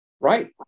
Right